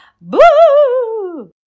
Boo